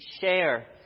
share